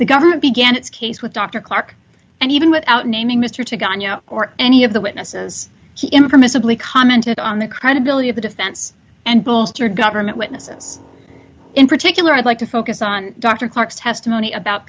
the government began its case with dr clarke and even without naming mr to gunyah or any of the witnesses impermissibly commented on the credibility of the defense and bolster government witnesses in particular i'd like to focus on dr clarke's testimony about